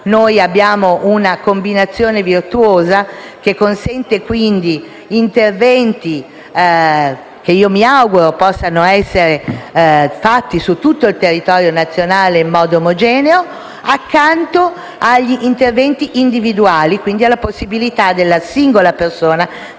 abbiamo una combinazione virtuosa, che consente interventi che, mi auguro, possano essere realizzati su tutto il territorio nazionale in modo omogeneo, accanto ad interventi individuali e quindi alla possibilità della singola persona, del